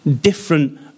different